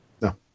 No